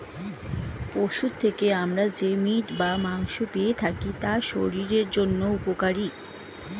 পশুর থেকে আমরা যে মিট বা মাংস পেয়ে থাকি তা শরীরের জন্য উপকারী